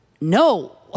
no